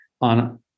on